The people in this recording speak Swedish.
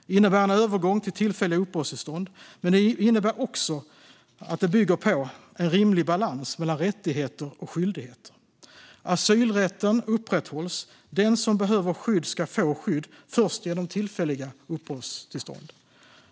Det innebär en övergång till tillfälliga uppehållstillstånd. Men det bygger också på en rimlig balans mellan rättigheter och skyldigheter. Asylrätten upprätthålls. Den som behöver skydd ska få skydd, först genom tillfälliga uppehållstillstånd.